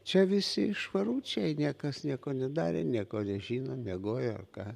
čia visi švaručiai niekas nieko nedarė nieko nežino miegojo ar ką